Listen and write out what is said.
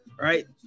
right